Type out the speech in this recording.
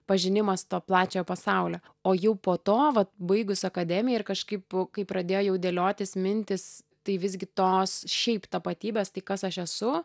pažinimas to plačiojo pasaulio o jau po to va baigus akademiją ir kažkaip kai pradėjo jau dėliotis mintys tai visgi tos šiaip tapatybės tai kas aš esu